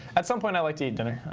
at some point, i like to eat dinner.